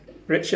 red shirt